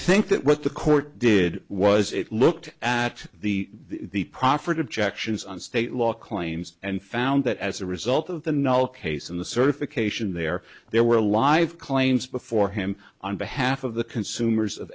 think that what the court did was it looked at the the proffered objections on state law claims and found that as a result of the no case in the certification there there were live claims before him on behalf of the consumers of